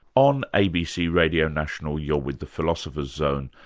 on abc radio national you're with the philosopher's zone,